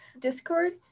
Discord